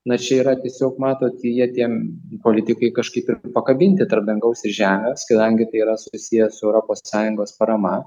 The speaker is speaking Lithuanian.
na čia yra tiesiog matot jie tiem politikai kažkaip ir pakabinti tarp dangaus ir žemės kadangi tai yra susiję su europos sąjungos parama